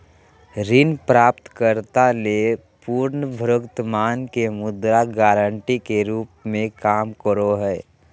ऋण प्राप्तकर्ता ले पुनर्भुगतान के मुद्रा गारंटी के रूप में काम करो हइ